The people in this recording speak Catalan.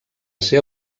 ser